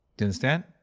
understand